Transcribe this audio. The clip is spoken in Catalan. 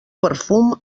perfum